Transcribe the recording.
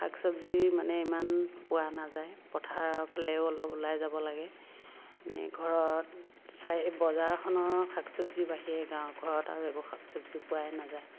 শাক চবজি মানে ইমান পোৱা নাযায় পথাৰৰ ফালেও অলপ ওলাই যাব লাগে এনেই ঘৰত চাই এই বজাৰখনৰ শাক চবজিৰ বাহিৰে গাওঁ ঘৰত আৰু একো শাক চবজি পোৱাই নাযায়